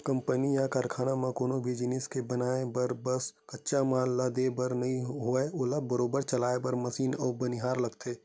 company या कारखाना म कोनो भी जिनिस के बनाय बर बस कच्चा माल ला दे भर ले नइ होवय ओला बरोबर चलाय बर मसीन अउ बनिहार लगथे